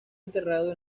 enterrado